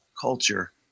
culture